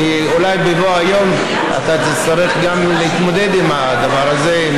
כי אולי בבוא היום תצטרך גם להתמודד עם הדבר הזה,